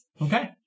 Okay